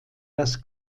das